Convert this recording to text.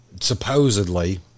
supposedly